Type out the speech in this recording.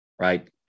right